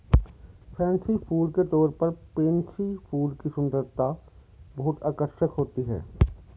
fancy फूल के तौर पर पेनसी फूल की सुंदरता बहुत आकर्षक होती है